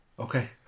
Okay